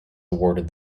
awarded